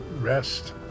rest